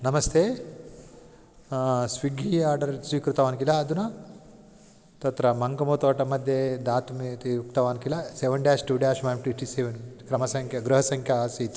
नमस्ते Swiggy order स्वीकृतवान् किल अधुना तत्र मङ्क्मो तोट मध्ये दातुम् इति उक्तवान् किल seven dash two dash one twenty seven क्रमसङ्ख्या गृहसङ्ख्या आसीत्